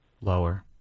Lower